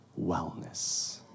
wellness